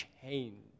change